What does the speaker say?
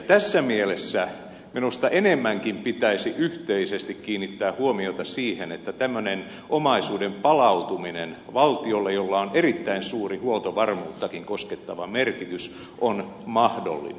tässä mielessä minusta enemmänkin pitäisi yhteisesti kiinnittää huomiota siihen että tämmöinen omaisuuden valtiolle palautuminen jolla on erittäin suuri huoltovarmuuttakin koskettava merkitys on mahdollinen